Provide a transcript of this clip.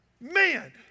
man